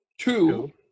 two